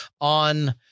on